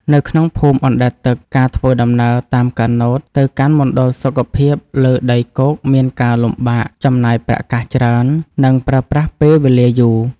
នៅក្នុងភូមិអណ្តែតទឹក ការធ្វើដំណើរតាមកាណូតទៅកាន់មណ្ឌលសុខភាពលើដីគោកមានការលំបាក ចំណាយប្រាក់កាសច្រើន និងប្រើប្រាស់ពេលវេលាយូរ។